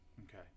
Okay